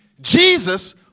Jesus